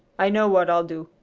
i know what i'll do,